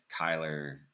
Kyler